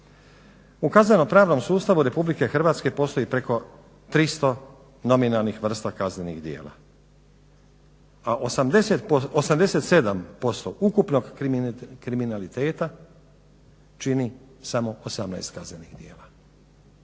U kazneno-pravnom sustavu Republike Hrvatske postoji preko 300 nominalnih vrsta kaznenih djela, a 87% ukupnog kriminaliteta čini samo 18 kaznenih djela.